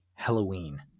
Halloween